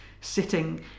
sitting